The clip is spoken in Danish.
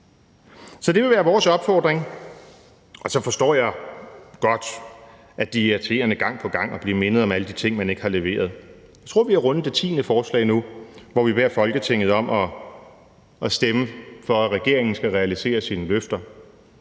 Så det vil være vores opfordring. Så forstår jeg godt, at det er irriterende gang på gang at blive mindet om alle de ting, man ikke har leveret. Jeg tror, at vi nu har rundet det tiende forslag, hvor vi beder Folketinget om at stemme for, at regeringen skal realisere sine løfter.